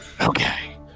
Okay